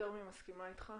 אני יותר מאשר מסכימה איתך.